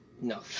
No